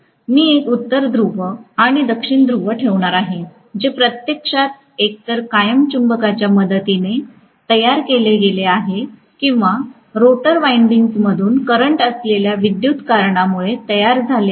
मी एक उत्तर ध्रुव आणि दक्षिण ध्रुव ठेवणार आहे जे प्रत्यक्षात एकतर कायम चुंबकाच्या मदतीने तयार केले गेले आहे किंवा रोटर विंडिंग्जमधून करंट असलेल्या विद्युत् कारणामुळे तयार झाले आहे